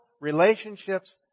relationships